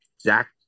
Zach